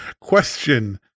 Question